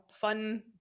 fun